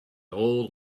old